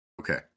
Okay